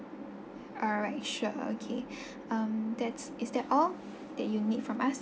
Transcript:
alright sure okay um that's is that all that you need from us